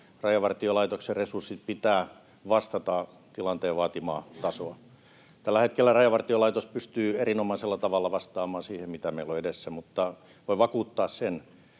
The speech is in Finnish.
Rajavartiolaitoksen resurssien pitää vastata tilanteen vaatimaa tasoa. Tällä hetkellä Rajavartiolaitos pystyy erinomaisella tavalla vastaamaan siihen, mitä meillä on edessä, mutta voin vakuuttaa,